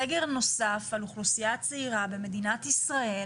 סגר נוסף על אוכלוסייה הצעירה במדינת ישראל